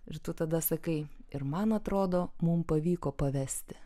ir tu tada sakai ir man atrodo mum pavyko pavesti